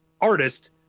artist